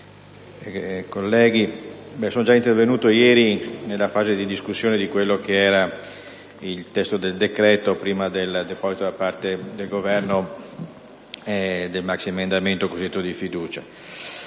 Governo, colleghi, sono già intervenuto ieri nella fase di discussione di quello che era il testo del decreto prima del deposito da parte del Governo del maxiemendamento. In tale intervento